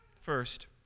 First